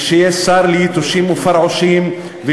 ושיהיה שר ליתושים ופרעושים,